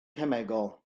cemegol